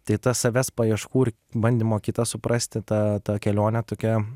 tai tas savęs paieškų ir bandymo kitą suprasti ta ta kelionė tokia